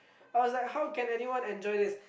I was like how can anyone enjoy this